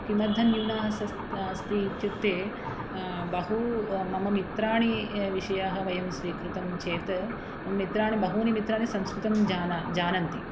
किमर्थं न्यूनम् अस्ति इत्युक्ते बहु मम मित्राणि विषयः वयं स्वीकृतं चेत् मित्राणि बहूनि मित्राणि संस्कृतं जानन्ति जानन्ति